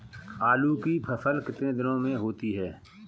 आलू की फसल कितने दिनों में होती है?